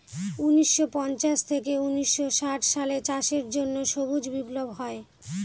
উনিশশো পঞ্চাশ থেকে উনিশশো ষাট সালে চাষের জন্য সবুজ বিপ্লব হয়